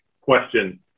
question